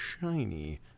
shiny